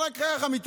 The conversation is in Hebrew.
אבל רק ככה מתעוררים.